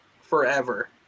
forever